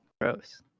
gross